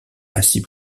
assis